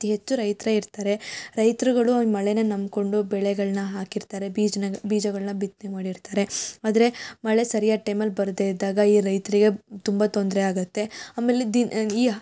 ಅತೀ ಹೆಚ್ಚು ರೈತರೇ ಇರ್ತಾರೆ ರೈತರುಗಳು ಈ ಮಳೆನೆ ನಂಬಿಕೊಂಡು ಬೆಳೆಗಳನ್ನು ಹಾಕಿರ್ತಾರೆ ಬೀಜ ಬೀಜಗಳನ್ನು ಬಿತ್ತನೆ ಮಾಡಿರ್ತಾರೆ ಆದರೆ ಮಳೆ ಸರಿಯಾಗಿ ಟೈಮಲ್ಲಿ ಬರದೇ ಇದ್ದಾಗ ಈ ರೈತರಿಗೆ ತುಂಬ ತೊಂದರೆ ಆಗುತ್ತೆ ಆಮೇಲೆ ದಿನ್ ಈ